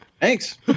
Thanks